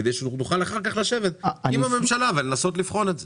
כדי שנוכל אחר כך לשבת עם הממשלה ולנסות לבחון את זה.